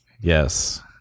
Yes